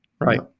right